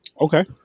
Okay